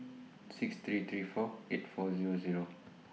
six three three four eight four Zero Zero